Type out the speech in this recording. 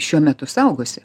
šiuo metu saugosi